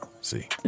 see